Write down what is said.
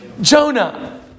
Jonah